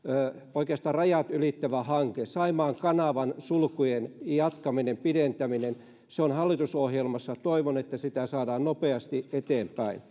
oikeastaan rajat ylittävä hanke saimaan kanavan sulkujen jatkamisesta pidentämisestä se on hallitusohjelmassa toivon että sitä saadaan nopeasti eteenpäin